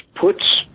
puts